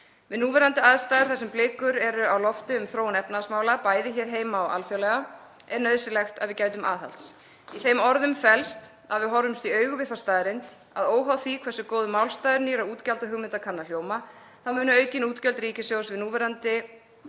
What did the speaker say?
Við núverandi aðstæður, þar sem blikur eru á lofti um þróun efnahagsmála, bæði hér heima og alþjóðlega, er nauðsynlegt að við gætum aðhalds. Í þeim orðum felst að við horfumst í augu við þá staðreynd að óháð því hversu góður málstaður nýrra útgjaldahugmynda kann að hljóma, þá munu aukin útgjöld ríkissjóðs við núverandi